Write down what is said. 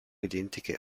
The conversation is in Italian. identiche